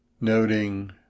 noting